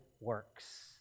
works